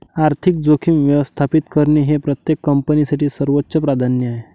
आर्थिक जोखीम व्यवस्थापित करणे हे प्रत्येक कंपनीसाठी सर्वोच्च प्राधान्य आहे